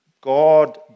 God